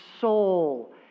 soul